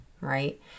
right